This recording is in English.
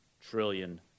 trillion